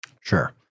Sure